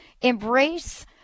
embrace